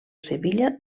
sevilla